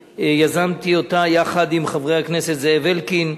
יזמתי אותה יחד עם חברי הכנסת זאב אלקין,